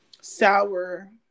sour